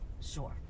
sure